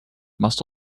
must